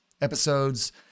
episodes